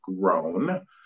grown